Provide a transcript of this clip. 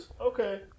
Okay